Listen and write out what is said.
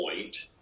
point